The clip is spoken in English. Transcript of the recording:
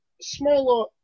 smaller